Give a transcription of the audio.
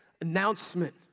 announcement